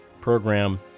program